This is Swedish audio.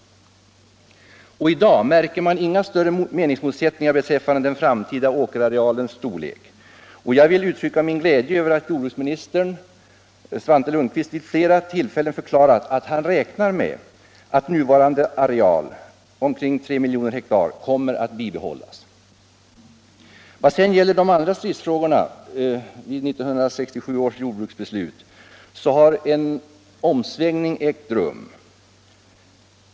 I dag märker man inga större meningsmotsättningar beträffande den framtida åkerarealens storlek. Och jag vill uttrycka min glädje över att jordbruksminister Svante Lundkvist vid flera tillfällen förklarat, att han räknar med att nuvarande areal — ca 3 miljoner ha —- kommer att bibehållas. Vad gäller de andra stridsfrågorna vid 1967 års jordbruksbeslut har en omsvängning ägt rum.